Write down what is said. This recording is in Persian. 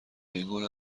اینگونه